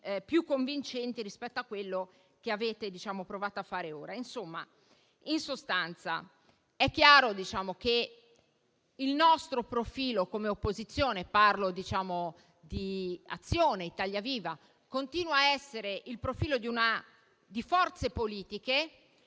più convincenti rispetto a quello che avete provato a fare. In sostanza è chiaro che il nostro profilo come opposizione - parlo di Azione-Italia Viva - continua a essere quello di forze politiche che